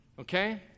Okay